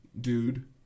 dude